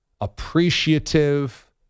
appreciative